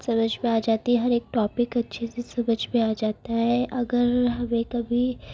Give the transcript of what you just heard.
سمجھ میں آ جاتی ہے ہر ایک ٹاپک اچھے سے سمجھ میں آ جاتا ہے اگر ہمیں کبھی